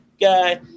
guy